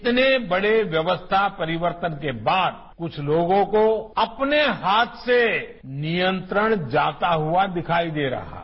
इतने बड़े व्यवस्था परिवर्तन के बाद कुछ लोगों को अपने हाथ से नियंत्रण जाता हुआ दिखाई दे रहा है